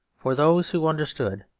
for those who understood,